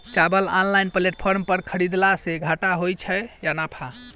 चावल online platform पर खरीदलासे घाटा होइ छै या नफा?